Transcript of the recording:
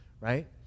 right